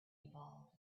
evolved